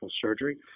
Surgery